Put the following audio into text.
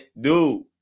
dude